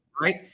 right